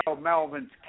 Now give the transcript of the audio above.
Melvin's